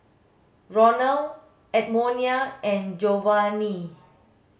Ronald Edmonia and Jovanni